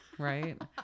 right